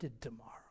tomorrow